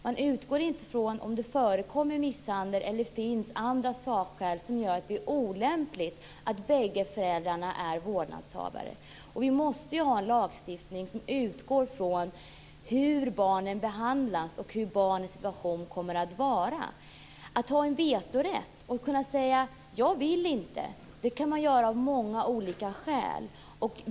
Man utgår inte från om det förekommer misshandel eller finns andra sakskäl som gör att det är olämpligt att bägge föräldrarna är vårdnadshavare. Vi måste ha en lagstiftning som utgår från hur barnen behandlas och hur barnens situation kommer att vara. En vetorätt och en möjlighet att säga "jag vill inte" kan man ha av många olika skäl.